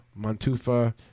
Montufa